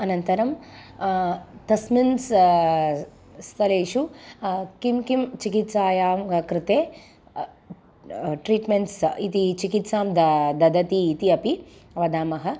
अनन्तरं तस्मिन् स स्थलेषु किं किं चिकित्सायां कृते ट्रीट्मेण्ट्स् इति चिकित्सां दा ददति इति अपि वदामः